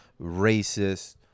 racist